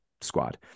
squad